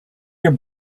your